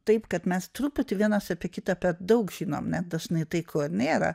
taip kad mes truputį vienas apie kitą per daug žinom net dažnai tai ko nėra